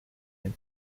him